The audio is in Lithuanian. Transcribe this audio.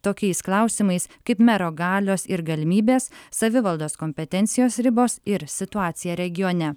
tokiais klausimais kaip mero galios ir galimybės savivaldos kompetencijos ribos ir situacija regione